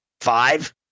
Five